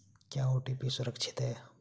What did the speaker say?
क्या ओ.टी.पी सुरक्षित है?